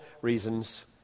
reasons